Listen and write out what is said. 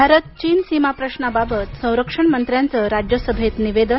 भारत चीन सीमा प्रश्नाबाबत संरक्षण मंत्र्याचं राज्यसभेत निवेदन